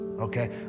okay